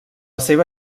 seva